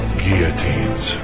guillotines